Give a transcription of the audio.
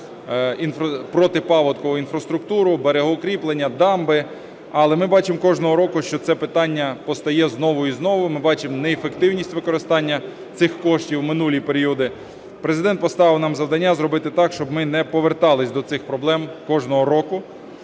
протипаводкову інфраструктуру, берегоукріплення, дамби. Але ми бачимо кожного року, що це питання постає знову і знову, ми бачимо неефективність використання цих коштів в минулі періоди. Президент поставив нам завдання зробити так, щоб ми не поверталися до цих проблем кожного року.